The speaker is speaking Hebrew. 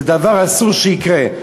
זה דבר שאסור שיקרה.